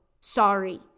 sorry